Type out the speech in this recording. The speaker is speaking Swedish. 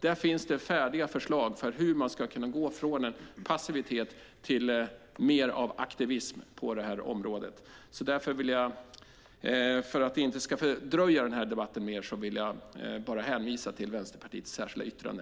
Det finns färdiga förslag för hur man ska kunna gå från en passivitet till mer av aktivism på det här området. För att vi inte ska dra ut på den här debatten mer vill jag bara hänvisa till Vänsterpartiets särskilda yttrande.